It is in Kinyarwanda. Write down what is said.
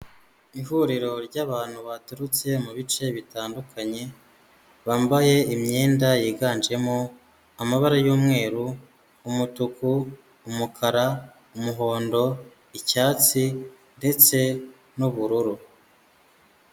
Ihuriro ry'abantu baturutse mu bice bitandukanye, bambaye imyenda yiganjemo amabara y'umweru, umutuku, umukara, umuhondo, icyatsi ndetse n'ubururu.